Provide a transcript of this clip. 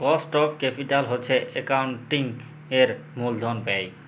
cost of capital হছে একাউল্টিংয়ের মূলধল ব্যায়